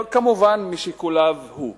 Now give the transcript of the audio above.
כמובן משיקוליו הוא.